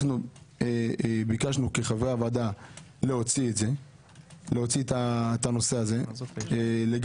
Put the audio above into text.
אנחנו ביקשנו כחברי הוועדה להוציא את הנושא הזה לגמרי,